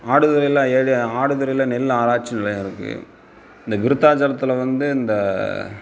ஆடுதுறையில் ஏழு ஆடுதுறையில் நெல் ஆராய்ச்சி நிலையம் இருக்குது இந்த விருதாச்சலத்தில் வந்து இந்த